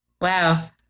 Wow